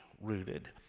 rooted